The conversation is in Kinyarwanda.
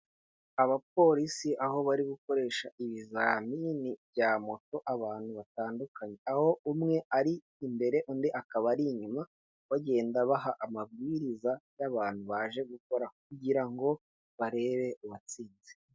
Abapolisi aho bari gukoresha ibizamini bya moto abantu batandukanye. Aho umwe ari imbere, undi akaba ari inyuma, bagenda baha amabwiriza y'abantu baje gukora, kugira ngo barebe uwatsinze.